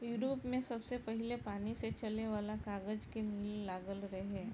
Europe में सबसे पहिले पानी से चले वाला कागज के मिल लागल रहे